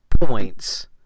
points